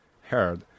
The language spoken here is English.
heard